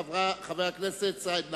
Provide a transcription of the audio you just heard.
חבר הכנסת סעיד נפאע.